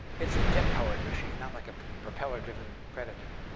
it's a jet-powered machine not like a propeller-driven predator.